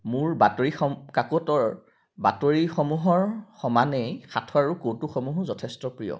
মোৰ বাতৰি সম কাকতৰ বাতৰিসমূহৰ সমানেই সাঁথৰ আৰু কৌতুকসমূহো যথেষ্ট প্ৰিয়